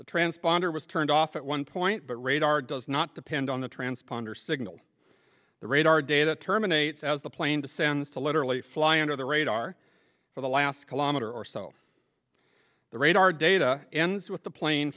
the transponder was turned off at one point but radar does not depend on the transponder signal the radar data terminates as the plane descends to literally fly under the radar for the last kilometer or so the radar data ends with the plane